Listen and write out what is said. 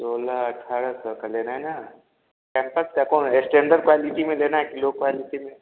सोलह अठारह सौ का लेना है ना कैम्पस का कौन एस्टैंडर्ड क्वॉलिटी में लेना है या लॉ क्वॉलिटी में